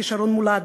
כישרון מולד,